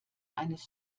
eines